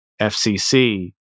FCC